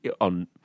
on